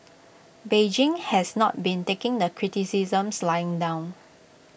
Beijing has not been taking the criticisms lying down